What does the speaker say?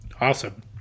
Awesome